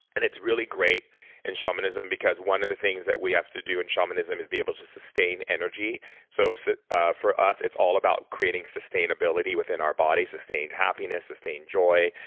and it's really great in shamanism because one of the things that we have to do in shamanism is be able to sustain energy so so ah for us, it's all about creating sustainability within our body. sustain happiness, sustain joy,